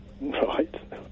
Right